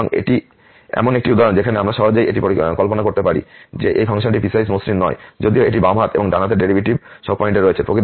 সুতরাং এটি এমন একটি উদাহরণ যেখানে আমরা সহজেই এটি কল্পনা করতে পারি যে এই ফাংশনটি পিসওয়াইস মসৃণ নয় যদিও এটি বাম হাত এবং ডান হাতের ডেরিভেটিভ সব পয়েন্টে রয়েছে